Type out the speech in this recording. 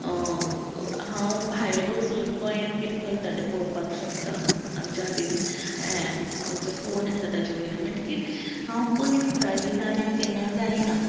हांव भायर बसून गोंयान किदें चलता तें पळोवपाक शकता आमच्या हातीन हे जो फोन आसा ताचे वयल्यान म्हणटकीत हांव पयस आसां ही जाणीव केन्ना जायना